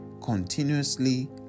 continuously